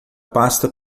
pasta